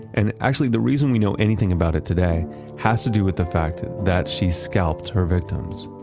and actually, the reason we know anything about it today has to do with the fact that she scalped her victims.